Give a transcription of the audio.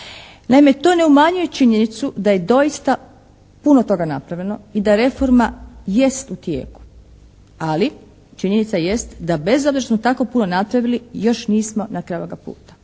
Naime, to ne umanjuje činjenicu da je doista puno toga napravljeno i da reforma jest u tijeku, ali činjenica jest da bez obzira što smo tako puno napravili još nismo na kraju ovoga puta